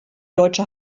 deutsche